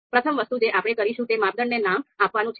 પ્રથમ વસ્તુ જે આપણે કરીશું તે માપદંડને નામ આપવાનું છે